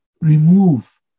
remove